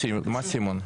הצבעה לא אושר.